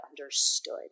understood